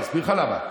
אני אסביר לך למה.